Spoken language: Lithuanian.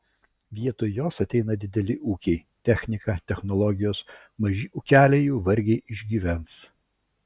vietoj jos ateina dideli ūkiai technika technologijos maži ūkeliai jau vargiai išgyvens